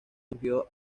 surgió